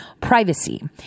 privacy